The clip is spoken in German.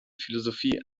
philosophie